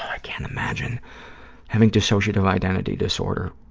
i can't imagine having dissociative identity disorder,